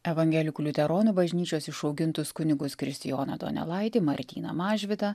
evangelikų liuteronų bažnyčios išaugintus kunigus kristijoną donelaitį martyną mažvydą